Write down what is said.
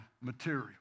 material